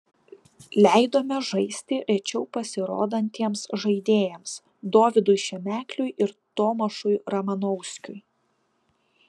leidome žaisti rečiau pasirodantiems žaidėjams dovydui šemekliui ir tomašui romanovskiui